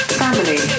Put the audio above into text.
family